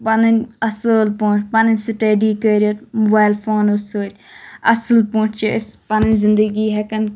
پَننٕۍ اصل پٲٹھۍ پَنٕنۍ سِٹیڈی کٔرِتھ موبایِل فونو سٟتۍ اصٕل پٲٹھۍ چھ أسۍ پَنٕنۍ زِنٛدگی ہؠکان